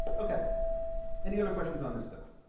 okay any other questions on this stuff